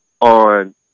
on